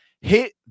Hit